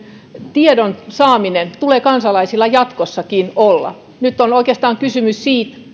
tiedon saaminen tulee kansalaisilla jatkossakin olla nyt on oikeastaan kysymys siitä